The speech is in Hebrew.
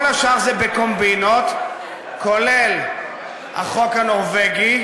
כל השאר זה בקומבינות, כולל החוק הנורבגי,